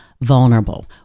vulnerable